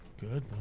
Good